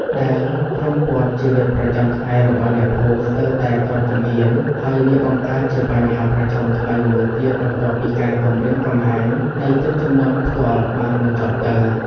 ដែលរុំព័ទ្ធជីវិតប្រចាំថ្ងៃរបស់អ្នកភូមិស្ទើរតែគ្រប់ជំហាន ហើយវាបង្កើតជាបញ្ហាប្រឈមថ្មីមួយទៀតបន្ទាប់ពីការគំរាមកំហែងនៃទឹកជំនន់ផ្ទាល់បានបញ្ចប់ទៅ។